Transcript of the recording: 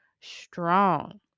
Strong